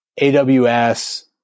AWS